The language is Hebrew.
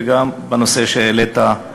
גם בנושא הספציפי שהעלית.